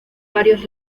varios